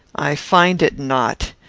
i find it not.